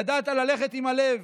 ידעת ללכת עם הלב.